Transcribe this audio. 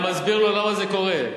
אני מסביר לו למה זה קורה.